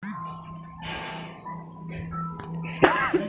सरकार ह मनखे ले कई किसम ले टेक्स लेथे जेखर बारे म बिकट झन मनखे ह जानय घलो नइ